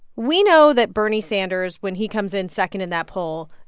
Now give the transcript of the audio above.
we know that bernie sanders, when he comes in second in that poll,